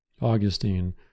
Augustine